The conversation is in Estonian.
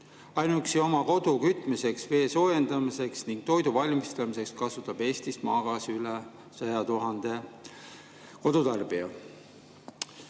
Ainuüksi oma kodu kütmiseks, vee soojendamiseks ja toidu valmistamiseks kasutab Eestis maagaasi üle 100 000 kodutarbija.